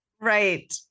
Right